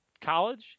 college